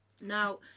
Now